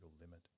limit